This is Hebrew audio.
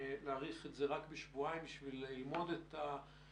להאריך את זה רק בשבועיים בשביל ללמוד את הדברים,